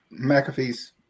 McAfee's